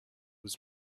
was